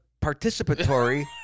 participatory